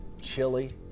chili